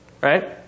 right